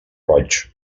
roig